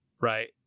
right